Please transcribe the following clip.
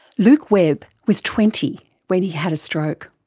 luke webb was twenty when he had a stroke.